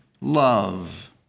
love